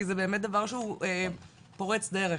כי זה דבר שהוא פורץ דרך.